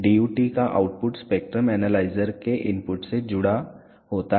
DUT का output spectrum analyser के input से जुड़ा होता है